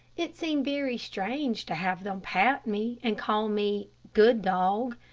it seemed very strange to have them pat me, and call me good dog.